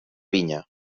vinya